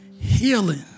healing